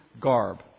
garb